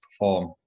perform